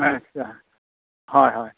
আচ্ছা হয় হয়